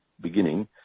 beginning